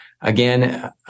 again